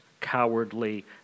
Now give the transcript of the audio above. cowardly